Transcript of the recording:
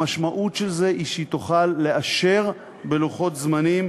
המשמעות של זה היא שוועדה מחוזית תוכל לאשר בלוחות זמנים